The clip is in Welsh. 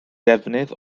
defnydd